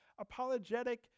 apologetic